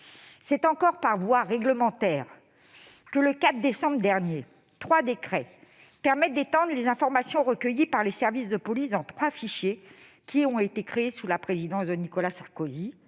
C'est encore par voie réglementaire que, le 2 décembre dernier, trois décrets permettent d'étendre les informations recueillies par les services de police dans trois fichiers qui ont été créés sous la présidence de Nicolas Sarkozy